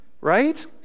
Right